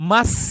Mas